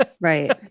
Right